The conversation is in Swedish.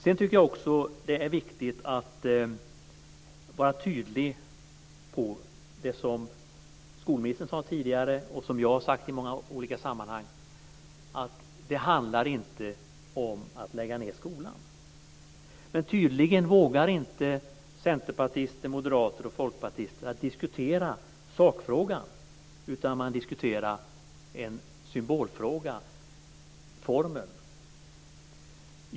Jag tycker också att det är viktigt att vara tydlig i det som skolministern sade tidigare och som jag har sagt i många olika sammanhang: Det handlar inte om att lägga ned skolan. Tydligen vågar inte centerpartister, moderater och folkpartister diskutera sakfrågan, utan man diskuterar en symbolfråga, dvs. formen.